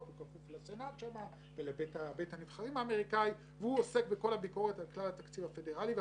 אתה כרגע מבקש מאנשיך לבדוק את הנושא בלי להחליט לאיזה תוצר הדבר הזה